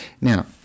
Now